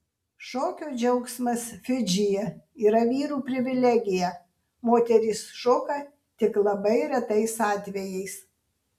šokio džiaugsmas fidžyje yra vyrų privilegija moterys šoka tik labai retais atvejais